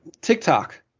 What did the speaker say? TikTok